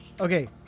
okay